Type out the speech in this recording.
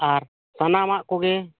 ᱟᱨ ᱥᱟᱱᱟᱢᱟᱜ ᱠᱚᱜᱮ